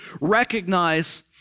recognize